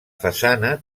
façana